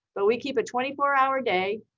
but we keep a twenty four hour day.